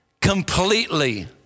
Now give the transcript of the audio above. completely